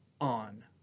on